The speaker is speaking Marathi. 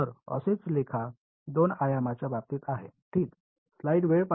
तर असेच लेखा दोन आयामांच्या बाबतीत आहे ठीक